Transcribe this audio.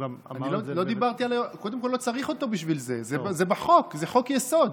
לא צריך אותו בשביל זה, זה בחוק, חוק-יסוד.